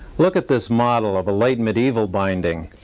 look at this model of a late medieval binding.